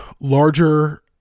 larger